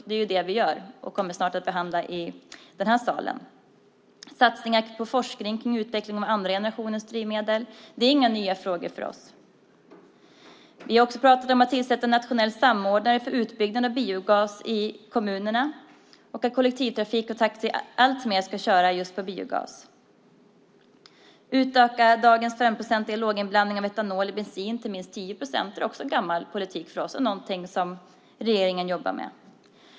Det är det vi gör nu, och vi kommer snart att behandla detta i den här salen. Vi vill göra satsningar på forskning om och utveckling av andra generationens drivmedel. Det är inga nya frågor för oss. Vi har också pratat om att tillsätta en nationell samordnare för utbyggnad av biogas i kommunerna. Vi vill att kollektivtrafik och taxi alltmer ska köra just på biogas. Vi vill utöka dagens femprocentiga låginblandning av etanol i bensin till minst 10 procent. Det är också gammal politik för oss och någonting som regeringen jobbar med.